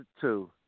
two